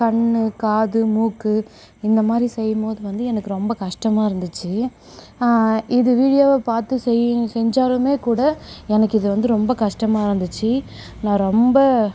கண் காது மூக்கு இந்தமாதிரி செய்யும்போது வந்து எனக்கு ரொம்ப கஷ்டமாக இருந்திச்சு இது வீடியோவைப் பார்த்து செய் செஞ்சாலுமே கூட எனக்கு இது வந்து ரொம்ப கஷ்டமாக இருந்திச்சு நான் ரொம்ப